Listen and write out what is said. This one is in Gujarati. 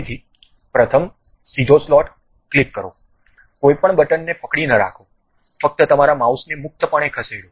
ફરીથી પ્રથમ સીધો સ્લોટ ક્લિક કરો કોઈપણ બટનને પકડી ન રાખો ફક્ત તમારા માઉસને મુક્તપણે ખસેડો